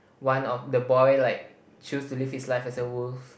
one of the boy like choose to live his life as a wolf